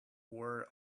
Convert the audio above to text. world